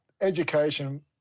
education